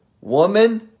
woman